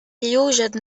يوجد